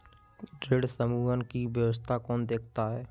ऋण समूहन की व्यवस्था कौन देखता है?